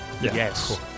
yes